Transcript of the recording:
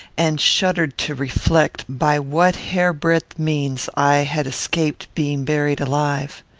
and shuddered to reflect by what hairbreadth means i had escaped being buried alive.